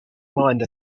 mind